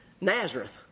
Nazareth